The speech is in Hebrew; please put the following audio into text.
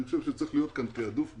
אני חושב שצריך להיות פה תיעדוף ברור.